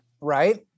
Right